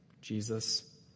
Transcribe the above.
Jesus